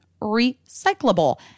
recyclable